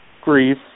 grief